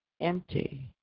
empty